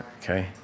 Okay